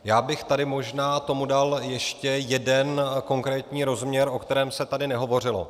Já bych tady možná tomu dal ještě jeden konkrétní rozměr, o kterém se tady nehovořilo.